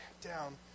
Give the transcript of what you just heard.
down